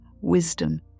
wisdom